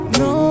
no